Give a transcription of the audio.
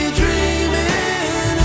dreaming